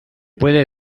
puede